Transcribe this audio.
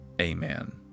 Amen